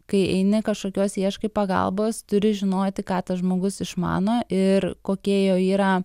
kai eini kažkokios ieškai pagalbos turi žinoti ką tas žmogus išmano ir kokie jo yra